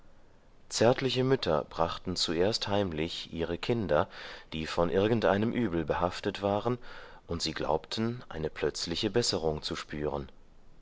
zärtliche mütter brachten zuerst heimlich ihre kinder die von irgendeinem übel behaftet waren und sie glaubten eine plötzliche besserung zu spüren